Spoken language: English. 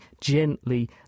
gently